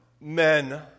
men